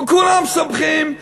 וכולם שמחים,